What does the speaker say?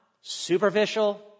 superficial